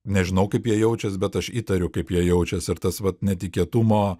nežinau kaip jie jaučias bet aš įtariu kaip jie jaučias ir tas vat netikėtumo